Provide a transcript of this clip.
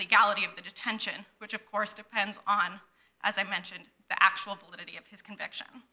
legality of the detention which of course depends on as i mentioned the actual validity of his conviction